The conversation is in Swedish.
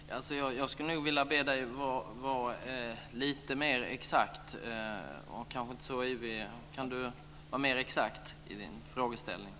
Fru talman! Jag skulle nog vilja be Lars Gustafsson att vara lite mer exakt. Kan Lars Gustafsson vara lite mer exakt i frågeställningen?